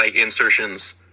insertions